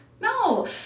No